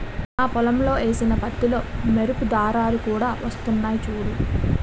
నా పొలంలో ఏసిన పత్తిలో మెరుపు దారాలు కూడా వొత్తన్నయ్ సూడూ